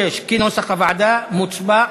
כנוסח הוועדה, מוצבע.